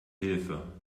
hilfe